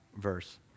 verse